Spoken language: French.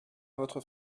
votre